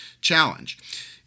challenge